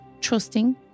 trusting